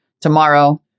tomorrow